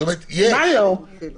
זאת אומרת, יש.